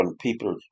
people